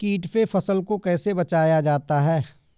कीट से फसल को कैसे बचाया जाता हैं?